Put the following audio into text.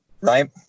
right